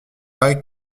pas